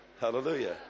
Hallelujah